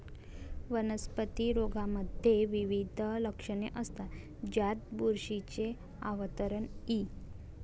वनस्पती रोगांमध्ये विविध लक्षणे असतात, ज्यात बुरशीचे आवरण इ